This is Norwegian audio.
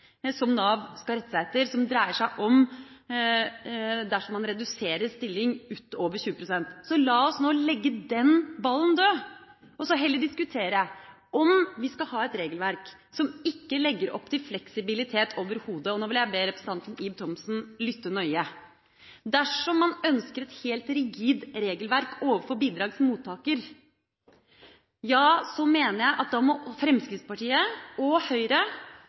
som Nav skal rette seg etter, som dreier seg om tilfeller der man reduserer stillingen utover 20 pst. Så la oss nå legge den ballen død og heller diskutere om vi skal ha et regelverk som ikke legger opp til fleksibilitet overhodet, og nå vil jeg be representanten Ib Thomsen lytte nøye: Dersom man ønsker et helt rigid regelverk overfor bidragsmottaker, ja, så mener jeg at da må Fremskrittspartiet og Høyre